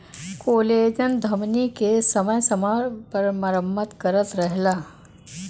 collagen धमनी के समय समय पर मरम्मत करत रहला